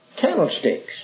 candlesticks